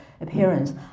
appearance